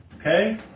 Okay